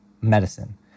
medicine